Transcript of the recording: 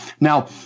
Now